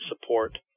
support